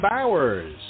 Bowers